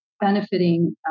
benefiting